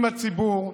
עם הציבור,